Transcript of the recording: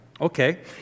Okay